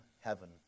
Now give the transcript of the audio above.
heaven